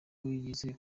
yizeye